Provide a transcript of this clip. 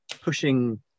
pushing